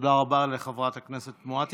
תודה רבה לחברת הכנסת מואטי.